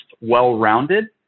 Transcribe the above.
well-rounded